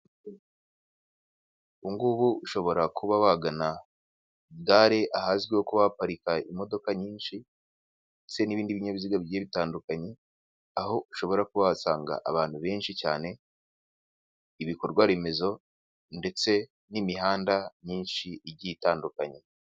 Ubu ngubu ushobora kuba wagana gare ahazwiho kuba haparika imodoka nyinshi, ndetse n'ibindi binyabiziga bigiye bitandukanye, aho ushobora kuba wasanga abantu benshi cyane ibikorwaremezo, ndetse n'imihanda myinshi igiye itandukanye.